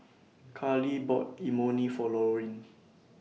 Karley bought Imoni For Lorin